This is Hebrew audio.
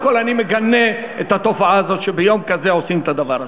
קודם כול אני מגנה את התופעה הזאת שביום כזה עושים את הדבר הזה.